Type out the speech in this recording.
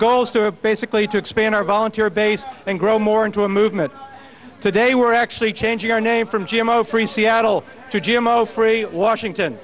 goal is to basically to expand our volunteer base and grow more into a movement today we're actually changing our name from g m o free seattle to g m o free washington